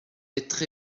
être